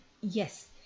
Yes